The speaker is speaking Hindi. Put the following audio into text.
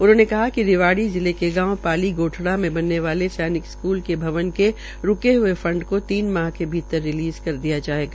उन्होंने कहा िक रिवाड़ी जिले के गांव पाली गोठड़ा में बनने वाले सैनिक स्कूल के भवन के रूके हए फंड को तीन माह के रिलीज किया जायेगा